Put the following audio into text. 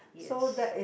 yes